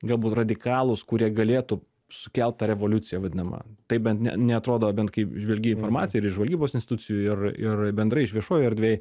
galbūt radikalūs kurie galėtų sukelt tą revoliuciją vadinamą tai bent ne neatrodo bent kai žvelgi į informaciją ir iš žvalgybos institucijų ir ir bendrai iš viešojoj erdvėj